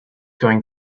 going